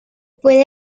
puede